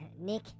Nick